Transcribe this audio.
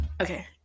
okay